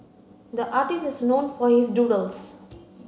the artist is known for his doodles